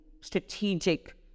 strategic